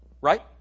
Right